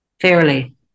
fairly